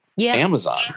Amazon